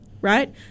right